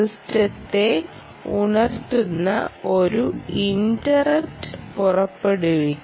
സിസ്റ്റത്തെ ഉണർത്തുന്ന ഒരു ഇൻ്റെറപ്റ്റ് പുറപ്പെടുവിക്കും